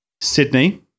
Sydney